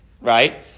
right